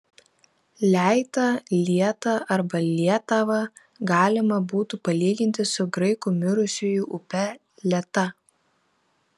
leitą lietą arba lietavą galima būtų palyginti su graikų mirusiųjų upe leta